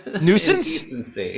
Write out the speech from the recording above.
nuisance